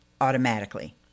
automatically